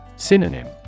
Synonym